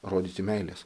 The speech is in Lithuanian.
rodyti meilės